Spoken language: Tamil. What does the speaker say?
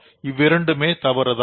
இவ்விரண்டும் தவறுதான்